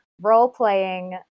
role-playing